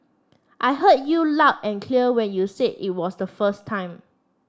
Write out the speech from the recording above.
I heard you loud and clear when you said it was the first time